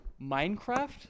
minecraft